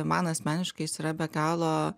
man asmeniškai jis yra be galo